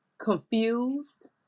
confused